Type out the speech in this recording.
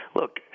look